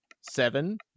Seven